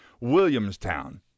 Williamstown